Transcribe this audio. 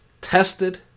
tested